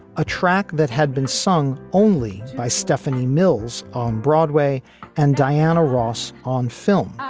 a track that had been sung only by stephanie mills on broadway and diana ross on film.